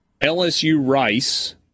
LSU-Rice